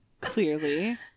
Clearly